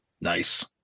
Nice